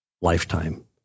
lifetime